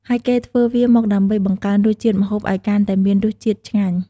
ហើយគេធ្វើវាមកដើម្បីង្កើនរសជាតិម្ហូបឲ្យកាន់តែមានរស់ជាតិឆ្ងាញ់។